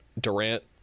Durant